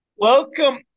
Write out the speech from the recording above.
Welcome